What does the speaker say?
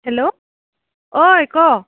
hello অই ক